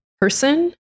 person